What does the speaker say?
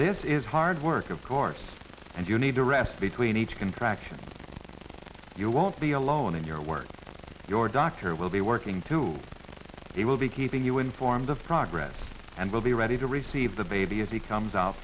this is hard work of course and you need to rest between each contraction and you won't be alone in your work your doctor will be working to he will be keeping you informed of progress and will be ready to receive the baby if he comes out